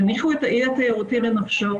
תניחו את האי התיירותי לנפשו.